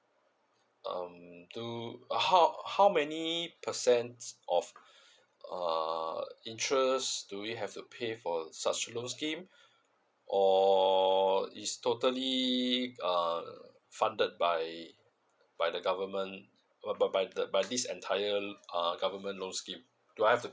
um do how how many percent of uh interest do we have to pay for such loan scheme or is totally uh funded by by the government by by by by this entire um government loan scheme do I have